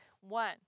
One